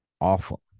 awful